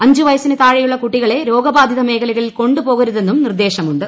അഞ്ച് വയ്സ്സിന് താഴെയുള്ള കുട്ടികളെ രോഗബാധിത മേഖലകളിൽ കൊണ്ടു പോകരുതെന്നും നിർദേശമുണ്ട്